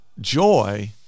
joy